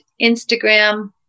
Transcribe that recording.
Instagram